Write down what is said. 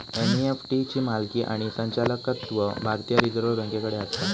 NEFT ची मालकी आणि संचालकत्व भारतीय रिझर्व बँकेकडे आसा